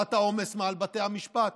הורדת העומס מעל בתי המשפט.